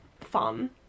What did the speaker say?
fun